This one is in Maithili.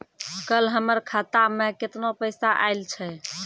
कल हमर खाता मैं केतना पैसा आइल छै?